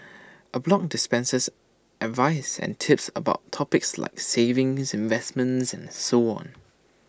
A blog dispenses advice and tips about topics like savings investments and so on